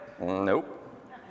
nope